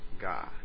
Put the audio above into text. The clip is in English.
God